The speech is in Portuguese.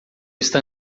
está